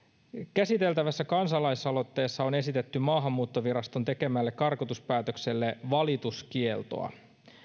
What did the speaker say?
käsiteltävässä kansalaisaloitteessa on esitetty maahanmuuttoviraston tekemälle karkotuspäätökselle valituskieltoa